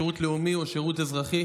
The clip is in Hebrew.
שירות לאומי או שירות אזרחי.